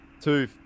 two